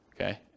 okay